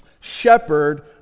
shepherd